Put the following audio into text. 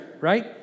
right